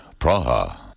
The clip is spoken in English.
Praha